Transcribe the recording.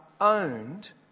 owned